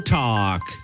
talk